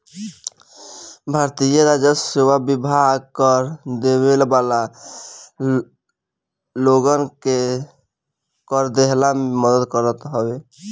भारतीय राजस्व सेवा विभाग कर देवे वाला लोगन के कर देहला में मदद करत हवे